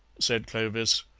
said clovis.